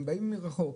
הם באים מרחוק,